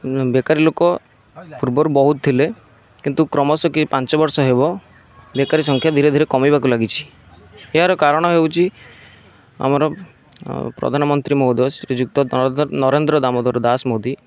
ବେକାରୀ ଲୋକ ପୂର୍ବରୁ ବହୁତ ଥିଲେ କିନ୍ତୁ କ୍ରମଶଃ କି ପାଞ୍ଚ ବର୍ଷ ହେବ ବେକାରୀ ସଂଖ୍ୟା ଧୀରେ ଧୀରେ କମିବାକୁ ଲାଗିଛି ଏହାର କାରଣ ହେଉଛି ଆମର ପ୍ରଧାନ ମନ୍ତ୍ରୀ ମହୋଦୟ ଶ୍ରୀଯୁକ୍ତ ନରେନ୍ଦ୍ର ନରେନ୍ଦ୍ର ଦାମୋଦର ଦାସ ମୋଦି